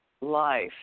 life